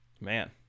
Man